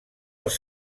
als